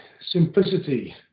simplicity